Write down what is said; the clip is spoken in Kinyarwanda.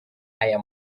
aya